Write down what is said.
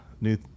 new